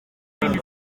ibyo